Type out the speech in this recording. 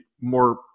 more